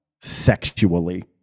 sexually